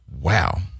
Wow